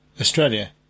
Australia